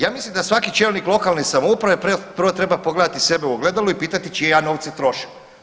Ja mislim da svaki čelnik lokalne samouprave prvo treba pogledati sebe u ogledalu i pitati čije ja novce trošim.